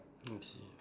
okay